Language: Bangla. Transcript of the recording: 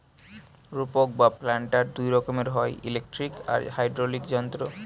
রোপক বা প্ল্যান্টার দুই রকমের হয়, ইলেকট্রিক আর হাইড্রলিক যান্ত্রিক